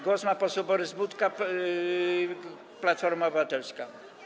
Głos ma poseł Borys Budka, Platforma Obywatelska.